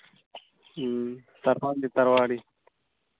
ᱛᱟᱨᱣᱟᱲᱤ ᱛᱟᱨᱣᱟᱲᱤ